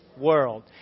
world